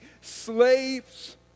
slaves